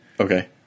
Okay